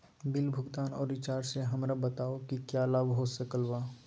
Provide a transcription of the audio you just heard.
Bill भुगतान और recharge से हमरा बताओ कि क्या लाभ हो सकल बा?